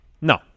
No